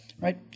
right